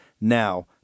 now